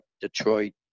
Detroit